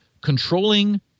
Controlling